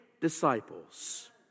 disciples